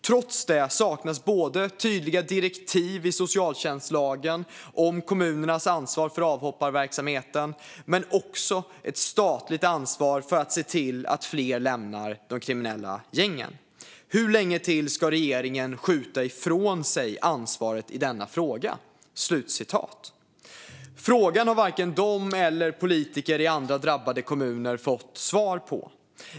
Trots det saknas både tydliga direktiv i socialtjänstlagen om kommunernas ansvar för avhopparverksamhet, men också ett statligt ansvar för att se till att fler lämnar de kriminella gängen. Hur länge till ska regeringen skjuta ifrån sig ansvaret i denna fråga?" Frågan har varken de eller politiker i andra drabbade kommuner fått svar på.